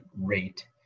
rate